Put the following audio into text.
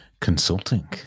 Consulting